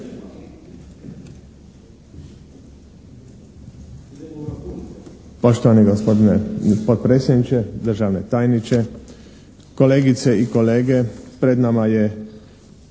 Poštovani gospodine potpredsjedniče, državni tajniče, kolegice i kolege pred nama je